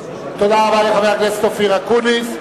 תודה רבה לחבר הכנסת אופיר אקוניס.